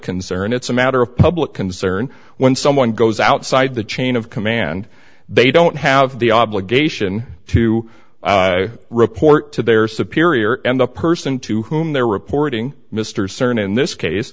concern it's a matter of public concern when someone goes outside the chain of command they don't have the obligation to report to their superior end up person to whom they're reporting mr stern in this case